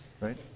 right